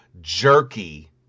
jerky